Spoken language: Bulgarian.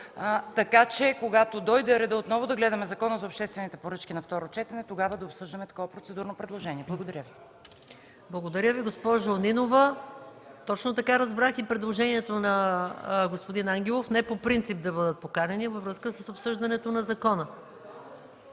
Така че когато дойде ред отново да гледаме Закона за обществените поръчки на второ четене, нека тогава да обсъждаме такова предложение. Благодаря. ПРЕДСЕДАТЕЛ МАЯ МАНОЛОВА: Благодаря Ви, госпожо Нинова. Точно така разбрах и предложението на господин Ангелов, не по принцип да бъдат поканени, а във връзка с обсъждането на закона.